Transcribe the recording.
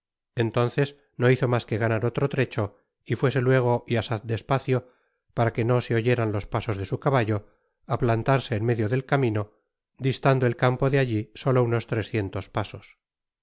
entonces no hizo mas que ganar otro trecho y fuese luego y asaz despacio para que no se oyeran los pasos de su caballo á plantarse en medio del camino distando el campo de alli solo unos trescientos pasos